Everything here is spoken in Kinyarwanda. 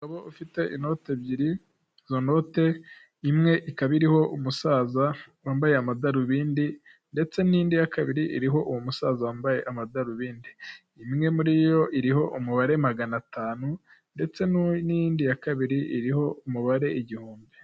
Umugabo ufite inoti ebyiri izo note imwe ikaba iriho umusaza wambaye amadarubindi ndetse n'indi ya kabiri iriho uwo musaza wambaye amadarubindi, imwe muri yo iriho umubare magana atanu ndetse n'iyindi ya kabiri iriho umubare igihumbi.